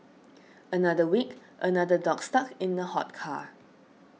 another week another dog stuck in a hot car